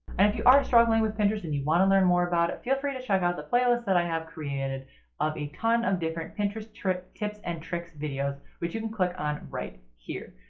and if you are struggling with pinterest and you want to learn more about it, feel free to check out the playlist that i have created of a ton of different pinterest tips and tricks videos which you can click on right here.